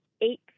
eight